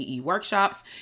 workshops